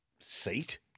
seat